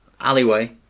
Alleyway